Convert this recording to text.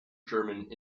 german